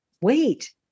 wait